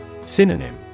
Synonym